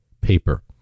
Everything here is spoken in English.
paper